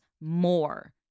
more